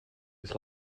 its